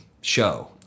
show